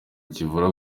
kivura